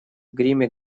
гриме